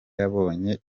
yabonye